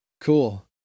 Cool